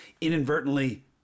inadvertently